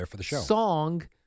song